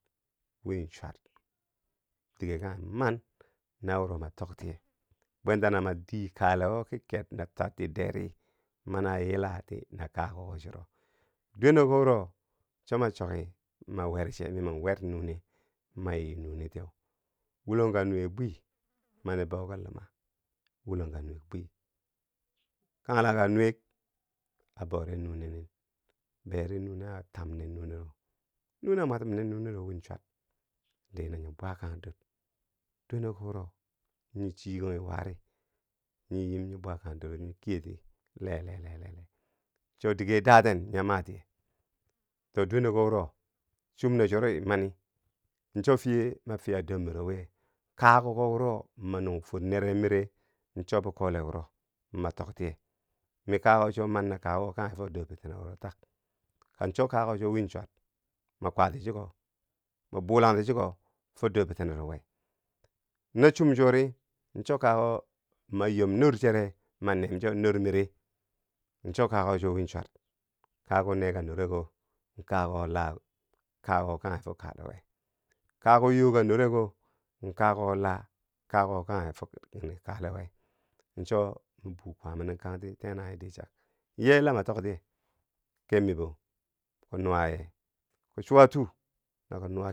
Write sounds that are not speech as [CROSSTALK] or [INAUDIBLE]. Win chwat dige kanghe man na wuro ma toktiye bwen tano ma dii kalewo ki ker na twattideri mani a yilati na kakuko churo, dweneko wuro cho ma choki ma wer che mi ma wer nune ma yi nune tieu wulonka nuwe bwi mani bou ki lumak wulonka nuwe bwi kanlangka nuwek a boure nune nin beri nune a tam ner nunero, nune a mwatumner nunero win chwat di na nyo bwakandor, dweneko wuro nyo chikonghi wari nyo yim nyi bwakang doroti, nyo kiyeti lelelele cho dige daten nyo ma tiye, to duwe neko wuro chum na chuwori mani, cho fiye ma fiya dormiro wiye kakuko wuro ma nung fwor nere mire cho bikole wuro ma toktiye mi kakuko chuwa man na kakukko kanghe fo dorbitenero wo tak, kan cho kakukko chuwa win chwat ma kwati chiko ma bulangti chiko fo dorbitinero we, no chum chuwori, cho kakukko ma nyom nor chere manem cho nor mire cho kakukko chwo wiin chwat kakuk neka noreko, kakukko la kakukko kanghe fo kalewe, kakuk yoo ka noreko kakukkola kakukko kanghe fo kalewe, cho ma buu kwaama nin kangti teenanghi dichak, ye la ma toktiye kebmibo, kom nuwa ye, kom chuwa tuu na kom [UNINTELLIGIBLE] nuwa.